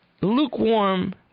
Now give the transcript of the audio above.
lukewarm